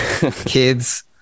kids